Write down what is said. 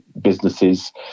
businesses